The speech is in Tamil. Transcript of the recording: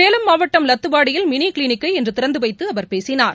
சேலம் மாவட்ட்ம் லத்துவாடியில் மினி கிளினிக்கை இன்று திறந்து வைத்து அவர் பேசினார்